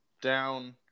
down